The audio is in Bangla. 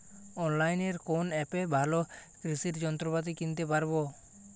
অনলাইনের কোন অ্যাপে ভালো কৃষির যন্ত্রপাতি কিনতে পারবো?